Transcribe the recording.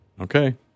Okay